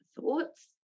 thoughts